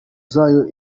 zayo